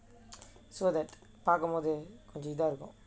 so that பார்க்கும் போது இதா இருக்கும்:paarkkum pothu ithaa irukkum